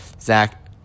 zach